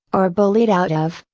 or bullied out of,